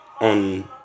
on